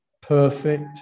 perfect